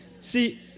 See